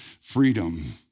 freedom